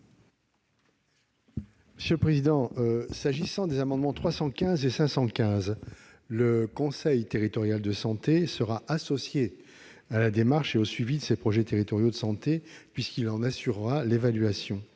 commission ? Concernant les amendements n315 et 515, le conseil territorial de santé sera associé à la démarche et au suivi des projets territoriaux de santé puisqu'il en assurera l'évaluation.